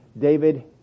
David